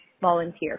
volunteer